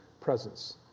presence